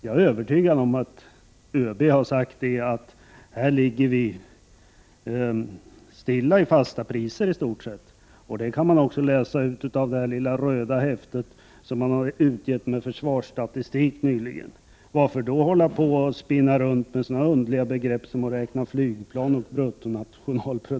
Jag är övertygad om att ÖB har sagt att utvecklingen i fasta priser har legat i stort sett stilla. Det kan också läsas ut av det lilla röda häfte med försvarsstatistik som nyligen har utgivits. Varför då spinna runt med underliga begrepp som bruttonationalprodukt och räkna flygplan?